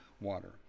water